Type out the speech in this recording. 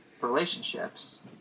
relationships